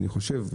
אני חושב,